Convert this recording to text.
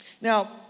now